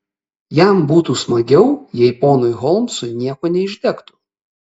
jam būtų smagiau jei ponui holmsui nieko neišdegtų